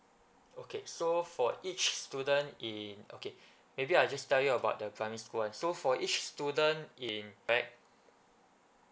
okay so for each student in okay maybe I just tell you about the primary school one so for each student impact